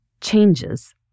changes